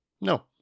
No